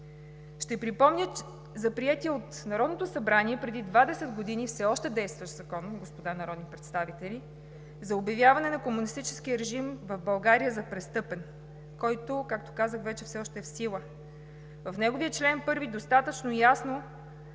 Ще припомня за приетия от Народното събрание преди 20 години все още действащ закон, господа народни представители, за обявяване на комунистическия режим в България за престъпен, който, както казах вече, е в сила. В неговия чл. 1 достатъчно ясно